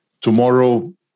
tomorrow